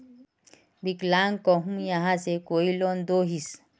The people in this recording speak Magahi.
विकलांग कहुम यहाँ से कोई लोन दोहिस?